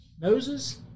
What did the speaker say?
Noses